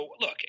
look